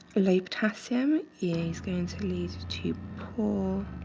low potassium is going to lead to poor